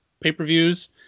pay-per-views